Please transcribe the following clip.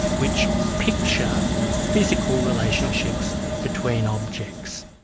which picture physical relationships between objects.